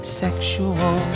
sexual